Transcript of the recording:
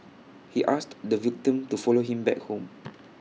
he asked the victim to follow him back home